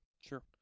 Sure